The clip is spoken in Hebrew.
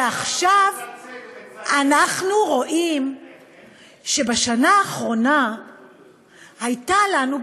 ועכשיו אנחנו רואים שבשנה האחרונה הייתה לנו,